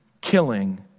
killing